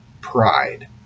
pride